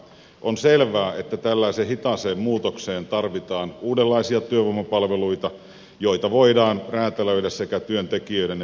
on selvää että tällaiseen hitaaseen muutokseen tarvitaan uudenlaisia työvoimapalveluita joita voidaan räätälöidä sekä työntekijöiden että työnantajien tarpeiden mukaan